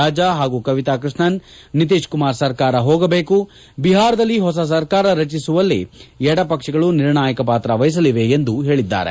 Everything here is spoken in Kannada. ರಾಜಾ ಹಾಗೂ ಕವಿತಾ ಕ್ಪಷ್ಣನ್ ನಿತೀಶ್ಕುಮಾರ್ ಸರ್ಕಾರ ಹೋಗಬೇಕು ಬಿಹಾರದಲ್ಲಿ ಹೊಸ ಸರ್ಕಾರ ರಚಿಸುವಲ್ಲಿ ಎಡಪಕ್ಷಗಳು ನಿರ್ಣಾಯಕ ಪಾತ್ರ ವಹಿಸಲಿವೆ ಎಂದು ಹೇಳಿದ್ದಾರೆ